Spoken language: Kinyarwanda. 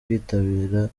kwitabira